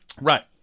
Right